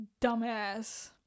dumbass